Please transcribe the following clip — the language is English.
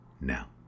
now